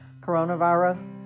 coronavirus